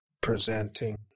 presenting